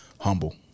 humble